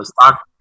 stock